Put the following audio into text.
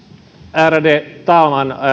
ärade talman